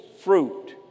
fruit